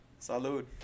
Salud